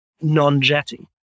non-jetty